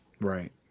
Right